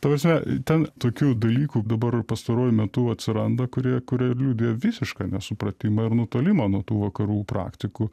ta prasme ten tokių dalykų dabar pastaruoju metu atsiranda kurie kurie liudija visišką nesupratimą ir nutolimą nuo tų vakarų praktikų